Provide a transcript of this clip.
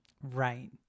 Right